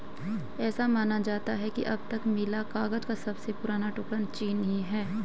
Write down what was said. ऐसा माना जाता है कि अब तक मिला कागज का सबसे पुराना टुकड़ा चीनी है